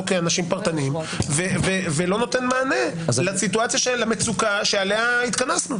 לא כאנשים פרטניים ולא נותן מענה למצוקה שעליה התכנסנו.